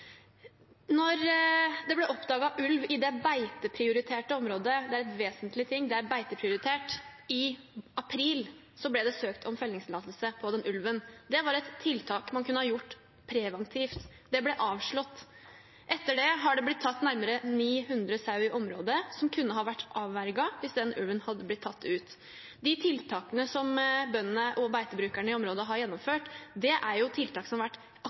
det ble oppdaget ulv i det beiteprioriterte området – det er vesentlig at det er beiteprioritert – i april, ble det søkt om fellingstillatelse på ulven. Det var et tiltak man kunne ha gjort preventivt, men det ble avslått. Etter det er det blitt tatt nærmere 900 sau i området, noe som kunne ha vært avverget hvis den ulven hadde blitt tatt ut. Tiltakene som bøndene og beitebrukerne i området har gjennomført, er tiltak som har vært